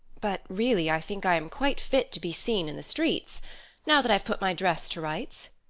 but really, i think i am quite fit to be seen in the streets now that i've put my dress to rights.